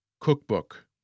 Cookbook